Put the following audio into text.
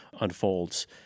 unfolds